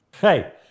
Hey